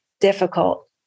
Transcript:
difficult